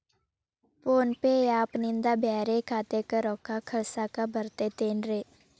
Phone pay app ನಿಂದ ಬ್ಯಾರೆ ಖಾತೆಕ್ ರೊಕ್ಕಾ ಕಳಸಾಕ್ ಬರತೈತೇನ್ರೇ?